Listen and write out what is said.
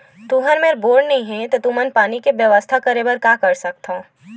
तुहर मेर बोर नइ हे तुमन पानी के बेवस्था करेबर का कर सकथव?